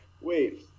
Wait